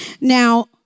Now